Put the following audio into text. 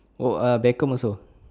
oh ah beckham also